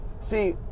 See